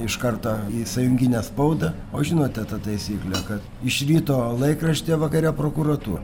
iš karto į sąjunginę spaudą o žinote tą taisyklę kad iš ryto laikraštyje vakare prokuratūroj